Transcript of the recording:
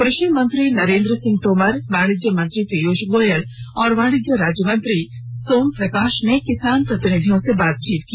क्रषि मंत्री नरेंद्र सिंह तोमर वाणिज्य मंत्री पीयूष गोयल और वाणिज्य राज्य मंत्री सोमप्रकाश ने किसान प्रतिनिधियों से बातचीत की